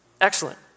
Excellent